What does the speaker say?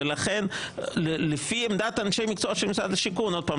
ולכן לפי עמדת אנשי המקצוע של משרד השיכון עוד פעם,